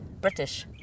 British